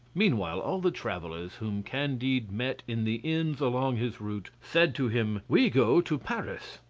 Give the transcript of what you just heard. meanwhile, all the travellers whom candide met in the inns along his route, said to him, we go to paris.